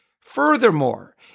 Furthermore